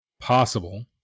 possible